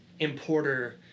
importer